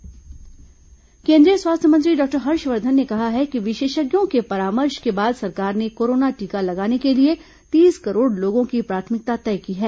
स्वास्थ्य मंत्री कोरोना टीका केन्द्रीय स्वास्थ्य मंत्री डॉक्टर हर्षवर्धन ने कहा है कि विशेषज्ञों के परामर्श के बाद सरकार ने कोरोना टीका लगाने के लिए तीस करोड लोगों की प्राथमिकता तय की है